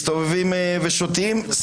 ומסתובבים ושותים.